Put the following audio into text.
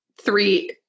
three